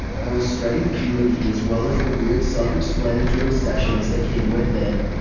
i was starting puberty as well as the weird, self-exploratory sessions that came with it,